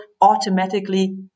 automatically